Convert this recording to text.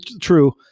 true